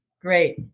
Great